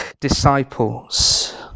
disciples